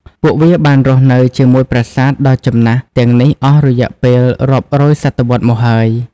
ពួកវាបានរស់នៅជាមួយប្រាសាទដ៏ចំណាស់ទាំងនេះអស់រយៈពេលរាប់រយសតវត្សរ៍មកហើយ។